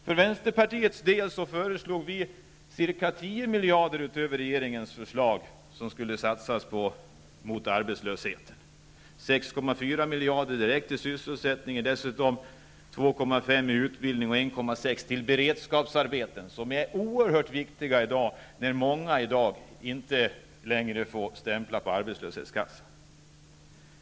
För vänsterpartiets del föreslår vi ca 10 miljarder över regeringsförslaget som skulle satsas mot arbetslösheten -- 6,4 miljarder direkt till sysselsättningsskapande åtgärder, dessutom 2,5 miljarder till utbildning och 1,6 miljarder till beredskapsarbeten. Dessa är oerhört viktiga i dag då många inte längre får stämpla på arbetslöshetskassan.